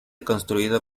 construido